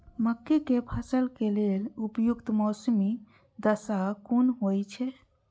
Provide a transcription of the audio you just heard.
मके के फसल के लेल उपयुक्त मौसमी दशा कुन होए छै?